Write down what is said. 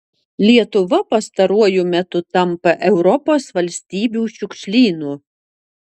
lietuva pastaruoju metu tampa europos valstybių šiukšlynu